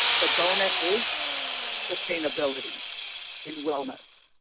the gona is sustainability in wellness.